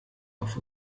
auf